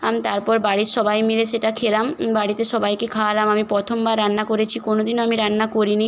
আমি তারপর বাড়ির সবাই মিলে সেটা খেলাম বাড়িতে সবাইকে খাওয়ালাম আমি প্রথমবার রান্না করেছি কোনো দিনও আমি রান্না করিনি